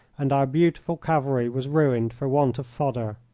and our beautiful cavalry was ruined for want of fodder.